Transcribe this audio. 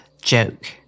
joke